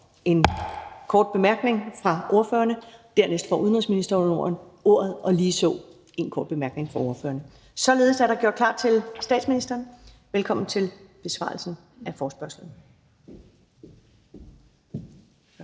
en kort bemærkning. Dernæst får udenrigsministeren ordet, og så er der også her en kort bemærkning til ordførerne til udenrigsministeren. Således er der gjort klar til statsministeren. Velkommen til besvarelsen af forespørgslen.